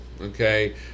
Okay